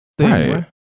Right